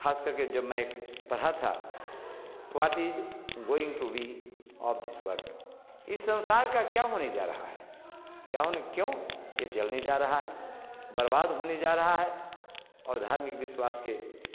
ख़ास करके जब में एक पढ़ा था what is going to be of this world इस संसार का क्या होने जा रहा है क्या होने क्यों यह जलने जा रहा है बर्बाद होने जा रहा है और धार्मिक विश्वास के